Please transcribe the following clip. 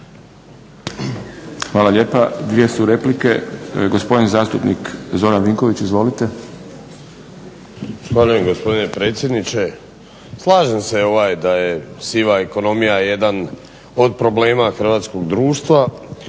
Hvala lijepa. Dvije su replike. Gospodin zastupnik Zoran Vinković, izvolite. **Vinković, Zoran (HDSSB)** Zahvaljujem, gospodine predsjedniče. Slažem se da je siva ekonomija jedan od problema hrvatskog društva.